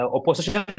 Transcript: Opposition